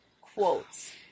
quotes